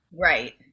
Right